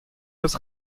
das